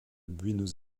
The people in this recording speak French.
buenos